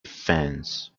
fans